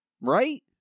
Right